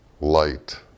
Light